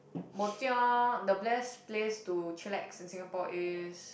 bojio the best place to chillax in Singapore is